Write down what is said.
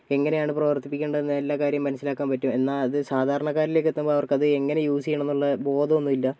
എങ്ങനെയാണ് പ്രവർത്തിപ്പിക്കേണ്ടത് എന്ന് എല്ലാ കാര്യവും മനസ്സിലാക്കാൻ പറ്റും എന്നാൽ അത് സാധാരണക്കാരനിലേക്ക് എത്തുമ്പോൾ അവർക്ക് അത് എങ്ങനെ യൂസ് ചെയ്യണമെന്നുള്ള ബോധമൊന്നുവില്ല